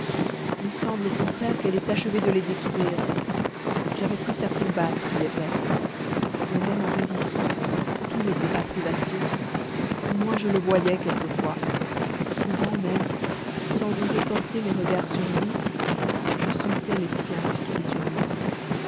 il semble au contraire qu'elle ait achevé de les détruire j'avais plus à combattre il est vrai mais même en résistant tout n'était pas privation au moins je le voyais quelquefois souvent même sans oser porter mes regards sur lui je sentais les siens fixés sur moi